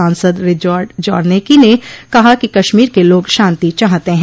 सांसद Richard Czarnecki ने कहा कि कश्मीर के लोग शांति चाहते हैं